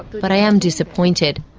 but i am disappointed,